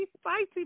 spicy